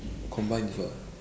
combine with what